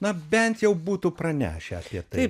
na bent jau būtų pranešę apie tai